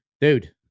dude